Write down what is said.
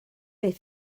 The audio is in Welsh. beth